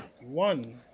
one